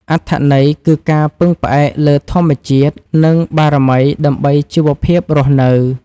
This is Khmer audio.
អត្ថន័យគឺការពឹងផ្អែកលើធម្មជាតិ និងបារមីដើម្បីជីវភាពរស់នៅ។